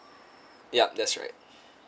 ya that's right